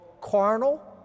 carnal